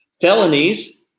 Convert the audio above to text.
Felonies